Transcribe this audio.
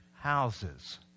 houses